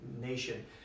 nation